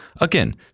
Again